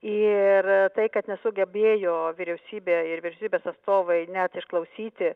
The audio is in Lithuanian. ir tai kad nesugebėjo vyriausybė ir vyriausybės atstovai net išklausyti